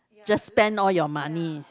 just spend all your money